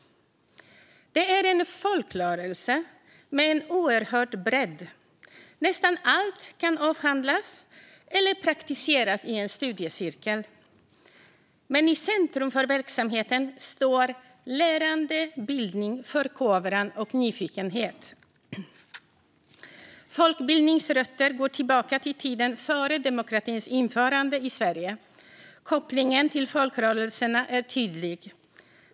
Det är en folkrörelse med en oerhörd bredd. Nästan allt kan avhandlas eller praktiseras i en studiecirkel. Men i centrum för verksamheten står lärande, bildning, förkovran och nyfikenhet. Folkbildningens rötter går tillbaka till tiden före demokratins införande i Sverige. Kopplingen till folkrörelserna är tydlig.